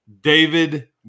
David